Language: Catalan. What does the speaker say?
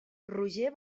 roger